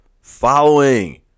following